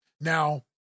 Now